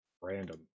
Random